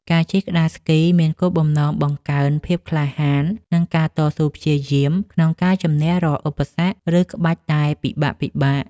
ការជិះក្ដារស្គីមានគោលបំណងបង្កើនភាពក្លាហាន និងការតស៊ូព្យាយាមក្នុងការជម្នះរាល់ឧបសគ្គ ឬក្បាច់ដែលពិបាកៗ។